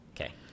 okay